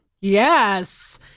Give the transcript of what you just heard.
Yes